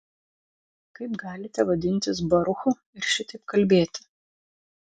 kaip galite vadintis baruchu ir šitaip kalbėti